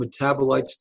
metabolites